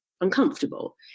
uncomfortable